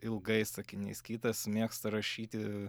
ilgais sakiniais kitas mėgsta rašyti